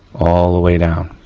all the way down.